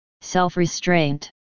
self-restraint